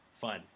fun